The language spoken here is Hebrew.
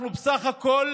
אנחנו בסך הכול